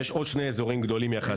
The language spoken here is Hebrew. יש עוד שני אזורים גדולים יחסית,